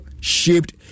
shaped